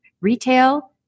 retail